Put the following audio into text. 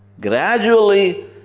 Gradually